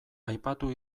aipatu